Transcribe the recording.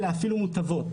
אלא אפילו מוטבות.